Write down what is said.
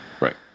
right